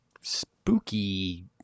spooky